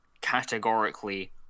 categorically